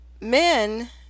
men